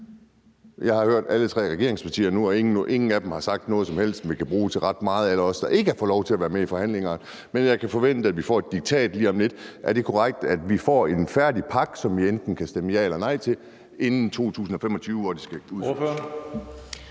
Jeg har hørt alle tre regeringspartier nu, og ingen af dem har sagt noget som helst, alle os, der ikke har fået lov til at være med i forhandlingerne, kan bruge til ret meget. Men jeg kan forvente, at vi får et diktat lige om lidt. Er det korrekt, at vi får en færdig pakke, som vi enten kan stemme ja eller nej til, inden 2025, hvor det skal udmøntes.